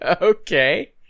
Okay